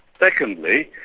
secondly,